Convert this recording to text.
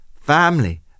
family